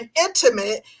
intimate